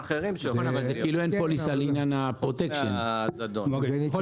אחרי זה פתרון --- לא,